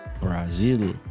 Brazil